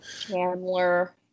Chandler